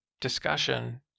discussion